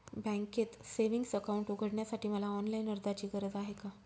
बँकेत savings account उघडण्यासाठी मला ऑनलाईन अर्जाची गरज आहे का?